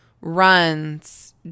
runs